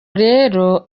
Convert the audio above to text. rero